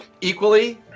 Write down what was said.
equally